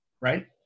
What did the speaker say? right